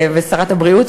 לשרת הבריאות,